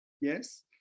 yes